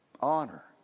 Honor